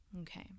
Okay